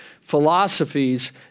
philosophies